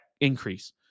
increase